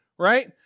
Right